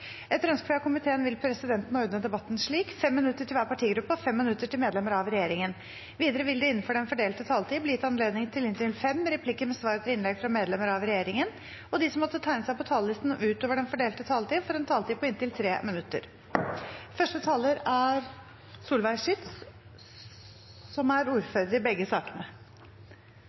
Etter ønske fra justiskomiteen vil presidenten ordne debatten slik: 5 minutter til hver partigruppe og 5 minutter til medlemmer av regjeringen. Videre vil det – innenfor den fordelte taletid – bli gitt anledning til inntil fem replikker med svar etter innlegg fra medlemmer av regjeringen, og de som måtte tegne seg på talerlisten utover den fordelte taletid, får en taletid på inntil 3 minutter. Finansavtaleloven er en av de mest sentrale lovene som regulerer finansnæringen. Dagens finansavtalelov ble vedtatt i